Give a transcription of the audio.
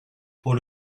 pour